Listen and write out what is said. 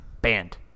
banned